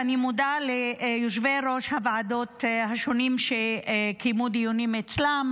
ואני מודה ליושבי-ראש הוועדות השונים שקיימו דיונים אצלם: